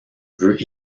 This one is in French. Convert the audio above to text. veut